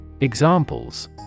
Examples